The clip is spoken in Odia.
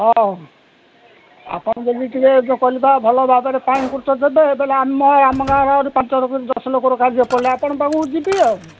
ହଁ ଆପଣ ଯଦି ଟିକିଏ କହିଲେ ଭଲ ଭାବରେ ପାଣି ଖର୍ଚ୍ଚ ଦେବେ ତେବେ ଆମ ଆମ ଗାଁ ପାଞ୍ଚ ଲୋକର ଦଶ ଲୋକର କାର୍ଯ୍ୟ ପଡ଼ିଲେ ଆପଣଙ୍କ ପାଖକୁ ଯିବି ଆଉ